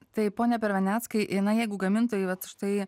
tai pone perveneckai na jeigu gamintojai vat štai